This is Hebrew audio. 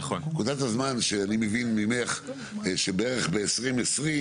נקודת הזמן שאני מבין ממך שבערך 2020,